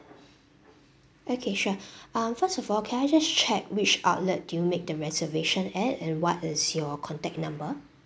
okay sure um first of all can I just check which outlet did you make the reservation at and what is your contact number